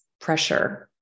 pressure